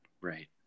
Right